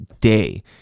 day